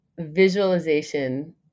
visualization